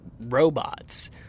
robots